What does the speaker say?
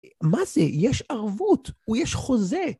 מה זה? יש ערבות ויש חוזה.